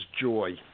joy